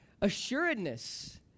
assuredness